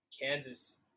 Kansas